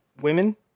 Women